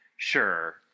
Sure